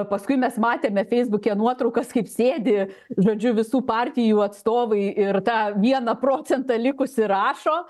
paskui mes matėme feisbuke nuotraukas kaip sėdi žodžiu visų partijų atstovai ir tą vieną procentą likusi rašo